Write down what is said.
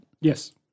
Yes